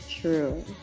true